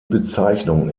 bezeichnung